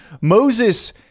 Moses